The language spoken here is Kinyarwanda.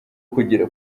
kugera